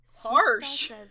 Harsh